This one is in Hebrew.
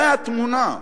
זו התמונה.